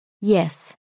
Yes